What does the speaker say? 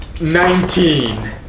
Nineteen